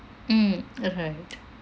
mm ah right